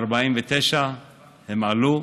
ב-1949 הם עלו.